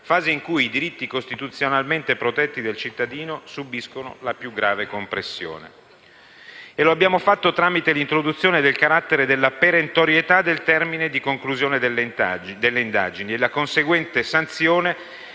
fase in cui i diritti costituzionalmente protetti del cittadino subiscono la più grave compressione. Lo abbiamo fatto tramite l'introduzione del carattere della perentorietà del termine di conclusione delle indagini e la conseguente sanzione